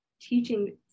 teaching